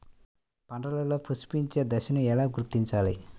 పంటలలో పుష్పించే దశను ఎలా గుర్తించాలి?